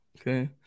Okay